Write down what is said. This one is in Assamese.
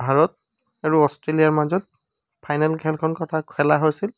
ভাৰত আৰু অষ্ট্ৰেলিয়াৰ মাজত ফাইনেল খেলখন কথা খেলা হৈছিল